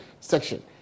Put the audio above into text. section